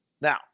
Now